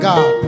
God